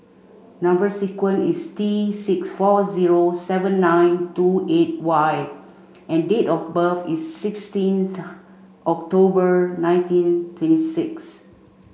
number sequence is T six four zero seven nine two eight Y and date of birth is sixteenth October nineteen twenty six